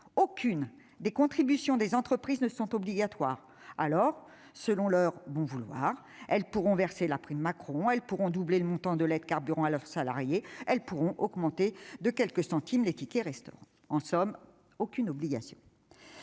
aucune des contributions des entreprises n'est obligatoire. Alors, selon leur bon vouloir, elles pourront verser la prime Macron, doubler le montant de l'aide carburant pour leurs salariés ou augmenter de quelques centimes les tickets-restaurant. En somme, aucune obligation